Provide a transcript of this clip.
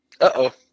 Uh-oh